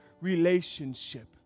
relationship